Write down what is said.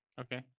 Okay